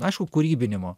aišku kūrybinimo